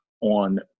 on